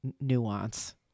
nuance